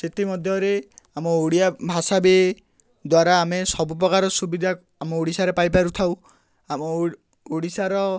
ସେଥିମଧ୍ୟରେ ଆମ ଓଡ଼ିଆ ଭାଷା ବି ଦ୍ୱାରା ଆମେ ସବୁ ପ୍ରକାର ସୁବିଧା ଆମ ଓଡ଼ିଶାରେ ପାଇପାରୁଥାଉ ଆମ ଓଡ଼ିଶାର